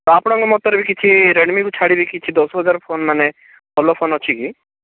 ତ ଆପଣଙ୍କ ମତରେ କିଛି ରେଡ଼ମିକୁ ଛାଡ଼ି ଦେଇକି କିଛି ଦଶ ହଜାର ଫୋନ୍ ମାନେ ଭଲ ଫୋନ୍ ଅଛି କି